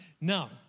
Now